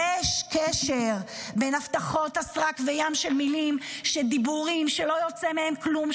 יש קשר בין הבטחות הסרק וים של מילים ודיבורים שלא יוצא מהם כלום,